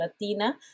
Latina